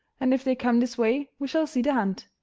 and if they come this way we shall see the hunt.